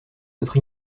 notre